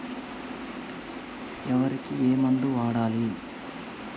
వరికి ఏ మందు వాడాలి?